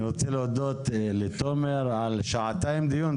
אני רוצה להודות לתומר על שעתיים דיון.